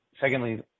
secondly